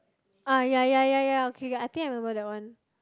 ah ya ya ya ya okay I think I remember that one